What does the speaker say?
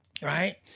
Right